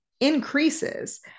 increases